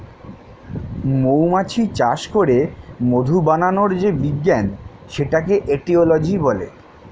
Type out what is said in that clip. মৌমাছি চাষ করে মধু বানানোর যে বিজ্ঞান সেটাকে এটিওলজি বলে